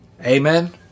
Amen